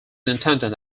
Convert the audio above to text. intended